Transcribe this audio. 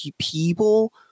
people